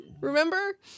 Remember